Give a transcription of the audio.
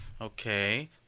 Okay